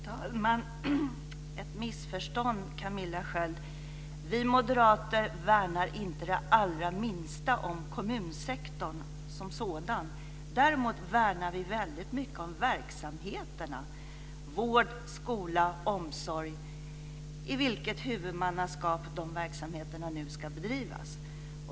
Fru talman! Det är ett missförstånd, Camilla Sköld. Vi moderater värnar inte det allra minsta om kommunsektorn som sådan. Däremot värnar vi väldigt mycket om verksamheterna vård, skola och omsorg i vilket huvudmannaskap de än ska bedrivas.